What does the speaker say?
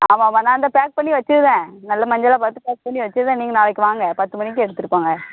ஆமாம் ஆமாம் நான் இந்த பேக் பண்ணி வெச்சிடுறேன் நல்ல மஞ்சளாக பார்த்து பேக் பண்ணி வெச்சிடுறேன் நீங்கள் நாளைக்கு வாங்க பத்து மணிக்கு எடுத்துட்டு போங்க